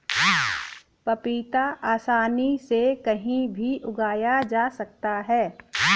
पपीता आसानी से कहीं भी उगाया जा सकता है